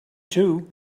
too